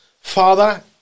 Father